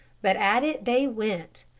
but at it they went.